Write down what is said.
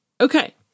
Okay